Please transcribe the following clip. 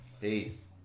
Peace